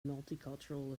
multicultural